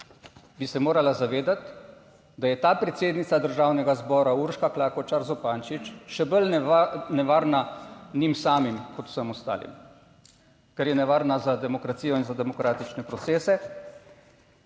bi se morala zavedati, da je ta predsednica Državnega zbora Urška Klakočar Zupančič še bolj nevarna njim samim kot vsem ostalim, ker je nevarna za demokracijo in za demokratične procese.